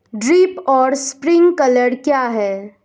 Drip और sprinkler क्या हैं?